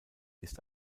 ist